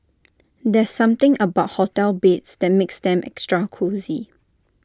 there's something about hotel beds that makes them extra cosy